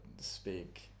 speak